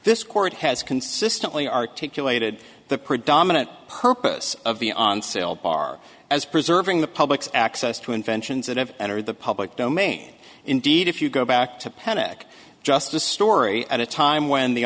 this court has consistently articulated the predominant purpose of the on sale bar as preserving the public's access to inventions that have entered the public domain indeed if you go back to panic just a story at a time when the